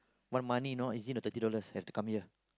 want money no it is the thirty dollars have to come here